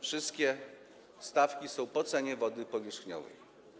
Wszystkie stawki są po cenie wody powierzchniowej.